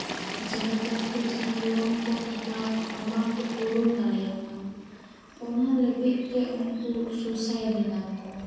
ᱡᱟᱛᱮ ᱡᱟᱸᱦᱟ ᱞᱳᱱ ᱠᱚ ᱦᱟᱛᱟᱣ ᱠᱟᱜ ᱚᱱᱟ ᱵᱟᱝ ᱠᱚ ᱯᱩᱨᱚᱱ ᱫᱟᱲᱮᱭᱟᱜ ᱠᱟᱱᱟ ᱚᱱᱟ ᱞᱟᱹᱜᱤᱫ ᱛᱮ ᱩᱱᱠᱩ ᱥᱩᱥᱟᱭᱤᱰ ᱫᱟᱠᱚ